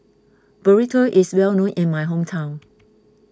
Burrito is well known in my hometown